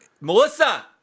Melissa